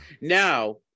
Now